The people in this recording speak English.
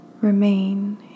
remain